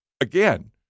again